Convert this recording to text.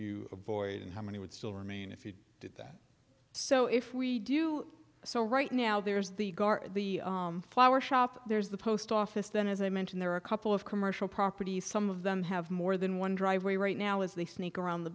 you avoid and how many would still remain if you so if we do so right now there's the guard the flower shop there's the post office then as i mentioned there are a couple of commercial properties some of them have more than one driveway right now as they sneak around the